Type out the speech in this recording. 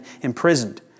imprisoned